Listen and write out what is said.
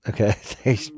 Okay